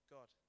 God